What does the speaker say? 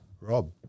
Rob